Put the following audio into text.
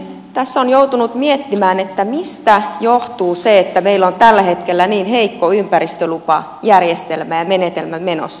tässä on joutunut miettimään mistä johtuu se että meillä on tällä hetkellä niin heikko ympäristölupajärjestelmä ja menetelmä menossa